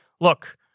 Look